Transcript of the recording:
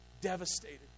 devastated